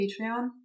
Patreon